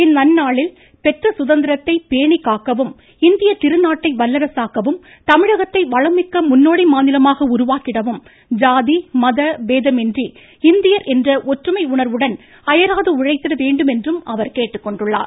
இந்நன்னாளில் பெற்ற சுதந்திரத்தை பேணி காக்கவும் இந்திய திருநாட்டை வல்லரசாக்கவும் தமிழகத்தை வளம் மிக்க முன்னோடி மாநிலமாக உருவாக்கிடவும் ஜாதி மத பேதமின்றி இந்தியர் என்ற ஒற்றுமை உணர்வுடன் அயராது உழைத்திட வேண்டும் என்றும் அவர் கேட்டுக்கொண்டுள்ளார்